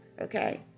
okay